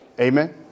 amen